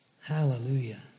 Hallelujah